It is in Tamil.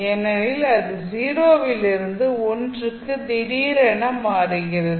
ஏனெனில் அது 0 விலிருந்து 1 க்கு திடீரென மாறுகிறது